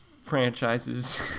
franchises